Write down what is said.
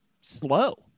slow